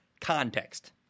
context